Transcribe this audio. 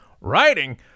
Writing